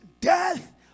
death